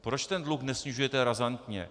Proč ten dluh nesnižujete razantně?